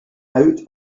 out